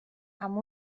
amb